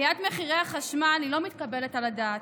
עליית מחירי החשמל לא מתקבלת על הדעת.